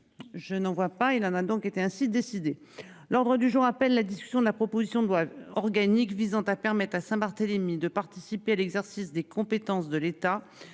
Je n'en vois pas, il en a donc été ainsi décidé l'ordre du jour appelle la discussion de la proposition de loi organique visant à permettre à Saint-Barthélemy, de participer à l'exercice des compétences de l'État